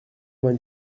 vingt